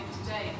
today